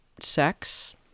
sex